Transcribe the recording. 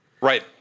Right